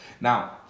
Now